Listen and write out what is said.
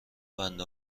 بنده